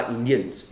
Indians